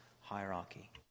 hierarchy